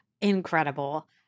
Incredible